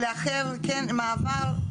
מעבר?